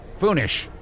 Foonish